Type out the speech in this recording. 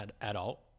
adult